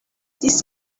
this